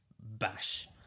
bash